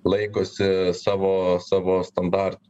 laikosi savo savo standartų